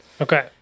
Okay